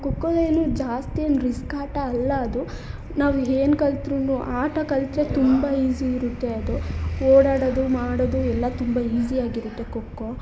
ಖೋಖೋ ಏನು ಜಾಸ್ತಿ ಏನೂ ರಿಸ್ಕ್ ಆಟ ಅಲ್ಲ ಅದು ನಾವು ಏನ್ ಕಲ್ತ್ರು ಆಟ ಕಲ್ತರೆ ತುಂಬ ಈಝಿ ಇರುತ್ತೆ ಅದು ಓಡಾಡೋದು ಮಾಡೋದು ಎಲ್ಲ ತುಂಬ ಈಝಿಯಾಗಿರುತ್ತೆ ಖೋಖೋ